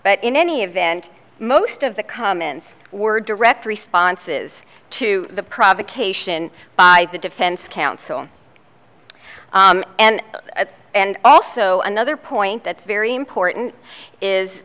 but in any event most of the comments were direct responses to the provocation by the defense counsel and and also another point that's very important is